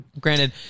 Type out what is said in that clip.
Granted